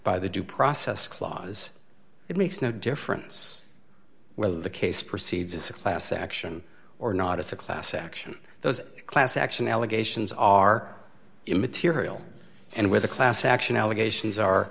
by the due process clause it makes no difference whether the case proceeds as a class action or not as a class action those class action allegations are immaterial and with a class action allegations are